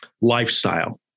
lifestyle